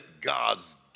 God's